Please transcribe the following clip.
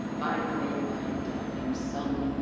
finally, my darling son,